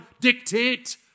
dictate